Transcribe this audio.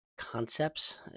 Concepts